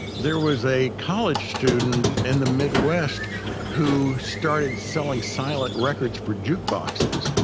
there was a college student in the midwest who started selling silent records for jukeboxes.